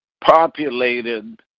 populated